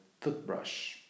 toothbrush